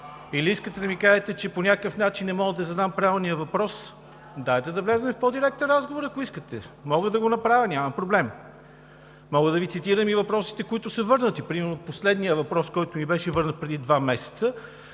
Или искате да ми кажете, че по някакъв начин не мога да задам правилния въпрос? (Реплики от ГЕРБ: „Да!“) Дайте да влезем в по-директен разговор, ако искате. Мога да го направя, няма проблем. Мога да Ви цитирам и въпросите, които са върнати. Последният въпрос примерно, който ми беше върнат преди два месеца,